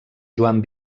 joan